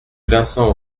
vincent